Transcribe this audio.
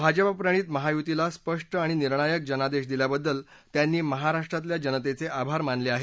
भाजपा प्रणीत महायुतीला स्पष्ट आणि निर्णायक जनादेश दिल्याबद्दल त्यांनी महाराष्ट्रातल्या जनतेचे आभार मानले आहेत